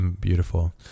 Beautiful